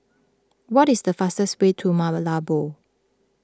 what is the fastest way to Malabo